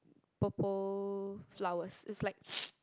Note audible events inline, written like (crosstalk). purple flowers is like (noise)